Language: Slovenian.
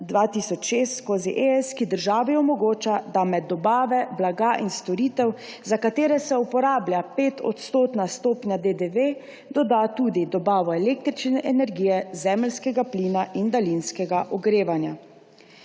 2006/ES, ki državi omogoča, da med dobave blaga in storitev, za katere se uporablja 5-odstotna stopnja DDV, doda tudi dobavo električne energije, zemeljskega plina in daljinskega ogrevanja.